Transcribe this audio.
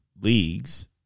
leagues